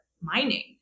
mining